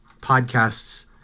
podcasts